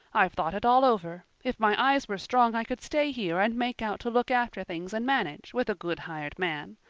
i've thought it all over. if my eyes were strong i could stay here and make out to look after things and manage, with a good hired man.